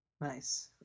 Nice